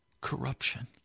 corruption